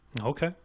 okay